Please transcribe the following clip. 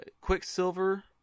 Quicksilver